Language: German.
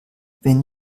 wenn